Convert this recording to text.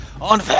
on-